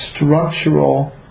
structural